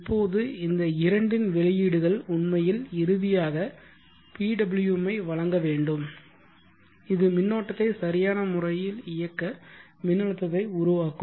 இப்போது இந்த இரண்டின் வெளியீடுகள் உண்மையில் இறுதியாக PWM ஐ வழங்க வேண்டும் இது மின்னோட்டத்தை சரியான முறையில் இயக்க மின்னழுத்தத்தை உருவாக்கும்